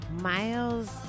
Miles